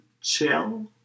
chill